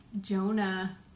Jonah